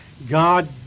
God